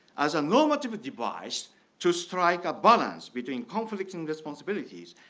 as a normative device to strike a balance between conflicting responsibilities,